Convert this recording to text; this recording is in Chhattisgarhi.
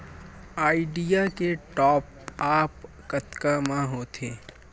आईडिया के टॉप आप कतका म होथे?